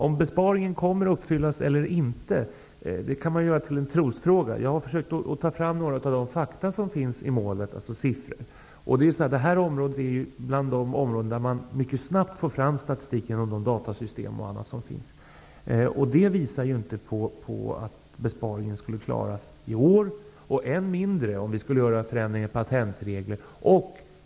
Om besparingen kommer att uppnås eller inte kan göras till en trosfråga. Jag har försökt att ta fram några av de fakta som finns i målet, dvs. siffror. Det här är ett av de områden där man mycket snabbt får fram statistik, genom datasystem och annat. Det visar sig att besparingen inte skulle uppnås i år, än mindre om vi skulle göra förändringar i patentreglerna.